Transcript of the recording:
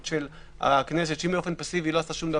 של הכנסת שאם באופן פסיבי לא עשתה שום דבר,